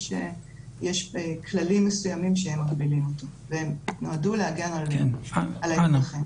יש כללים מסוימים שהם מגבילים אותו והם נועדו להגן על האזרחים.